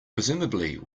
presumably